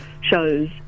shows